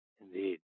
indeed